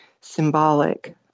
symbolic